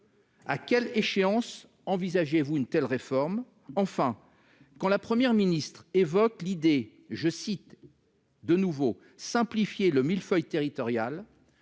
À quelle échéance envisagez-vous une telle réforme ? Enfin, la Première ministre évoque l'idée de « simplifier le millefeuille territorial ».